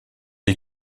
est